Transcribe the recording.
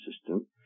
system